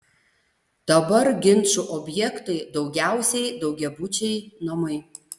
dabar ginčų objektai daugiausiai daugiabučiai namai